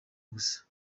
gusa